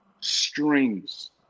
strings